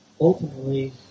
Ultimately